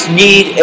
need